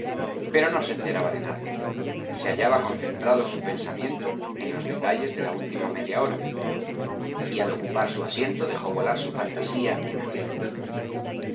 pero no se enteraba de nada se hallaba concentrado su pensamiento en los detalles de la última media hora y al ocupar su asiento dejó vojar su fantasía en aquel rumbo